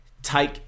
take